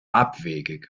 abwegig